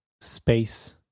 space